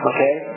Okay